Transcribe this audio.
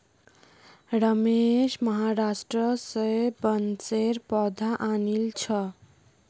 रमेश महाराष्ट्र स बांसेर पौधा आनिल छ